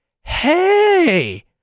Hey